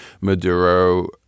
Maduro